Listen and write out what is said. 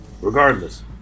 Regardless